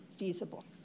feasible